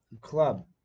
Club